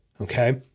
Okay